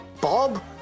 Bob